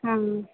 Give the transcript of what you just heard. हाँ